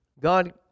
God